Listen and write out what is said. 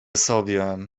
sobie